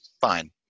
Fine